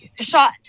Shot